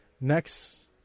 next